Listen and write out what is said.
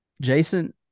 Jason